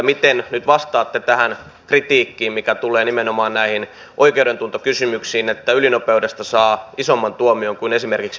miten nyt vastaatte tähän kritiikkiin mikä tulee nimenomaan näihin oikeudentuntokysymyksiin että ylinopeudesta saa isomman tuomion kuin esimerkiksi pahoinpitelystä